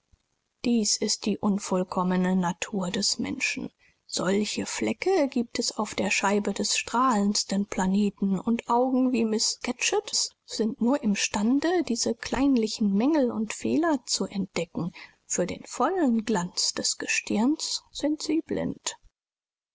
dies ist die unvollkommene natur des menschen solche flecke giebt es auf der scheibe des strahlendsten planeten und augen wie miß scatcherds sind nur imstande diese kleinlichen mängel und fehler zu entdecken für den vollen glanz des gestirns sind sie blind